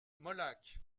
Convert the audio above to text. molac